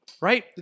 right